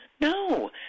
No